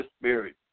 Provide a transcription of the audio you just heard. Spirit